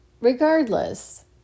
regardless